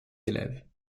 élèves